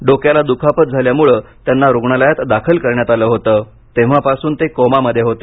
डोक्याला द्खापत झाल्यामुळे त्यांना रुग्णालयात दाखल करण्यात आल होतं तेव्हापासून ते कोमामध्ये होते